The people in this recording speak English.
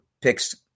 picks